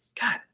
God